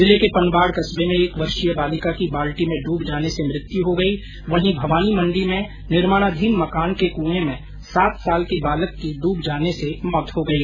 जिले के पनवाड़ कस्बे मे एक वर्षीय बालिका की बाल्टी में डूब जाने से मृत्यु हो गई वहीं भवानी मंडी में निर्माणाधीन मकान के कुए में सात साल के बालक की डूब जाने से मौत हो गई